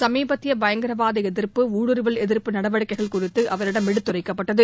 சமீபத்திய பயங்கரவாத எதிர்ப்பு ஊடுருவல் எதிர்ப்பு நடவடிக்கைகள் குறித்து அவரிடம் எடுத்துரைக்கப்பட்டது